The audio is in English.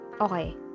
Okay